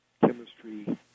chemistry